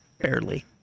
Barely